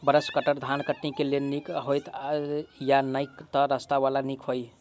Brush cutter धान कटनी केँ लेल नीक हएत या नै तऽ सस्ता वला केँ नीक हय छै?